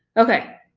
okay,